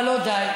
אבל לא די.